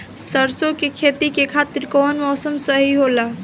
सरसो के खेती के खातिर कवन मौसम सही होला?